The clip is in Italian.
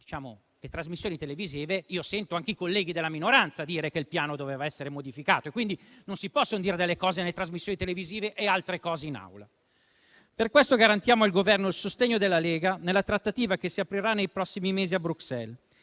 durante le trasmissioni televisive, sento anche i colleghi della minoranza dire che il Piano doveva essere modificato, quindi non si possono sentire delle cose nelle trasmissioni televisive e altre cose in Aula. Per questo garantiamo al Governo il sostegno della Lega nella trattativa che si aprirà nei prossimi mesi a Bruxelles